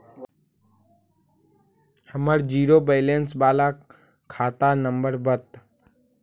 हमर zero balance बाला खाता नम्बर बत?